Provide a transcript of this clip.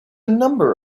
number